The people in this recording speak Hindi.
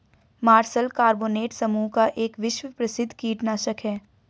मार्शल कार्बोनेट समूह का एक विश्व प्रसिद्ध कीटनाशक है